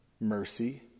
mercy